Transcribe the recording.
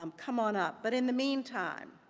um come on up. but in the meantime,